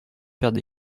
prendre